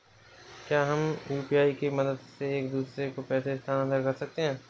क्या हम यू.पी.आई की मदद से एक दूसरे को पैसे स्थानांतरण कर सकते हैं?